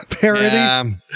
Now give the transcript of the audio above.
parody